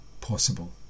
possible